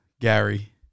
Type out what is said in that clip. Gary